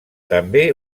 també